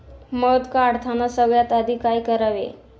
मध काढताना सगळ्यात आधी काय करावे?